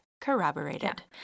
corroborated